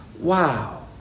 Wow